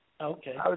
Okay